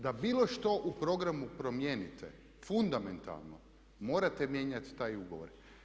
Da bilo što u programu promijenite fundamentalno morate mijenjati taj ugovor.